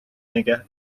نگه